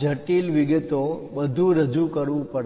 જટિલ વિગતો બધું રજૂ કરવું પડશે